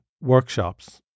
workshops